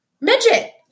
midget